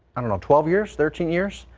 i'm not twelve years thirteen years.